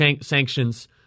sanctions